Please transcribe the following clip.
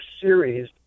series